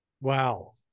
wow